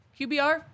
QBR